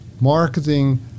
marketing